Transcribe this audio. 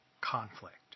conflict